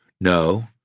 No